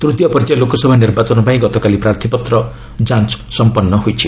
ତୃତୀୟ ପଯ୍ୟାୟ ଲୋକସଭା ନିର୍ବାଚନ ପାଇଁ ଗତକାଲି ପ୍ରାର୍ଥୀପତ୍ର ଯାଞ୍ଚ ସଂପନ୍ନ ହୋଇଛି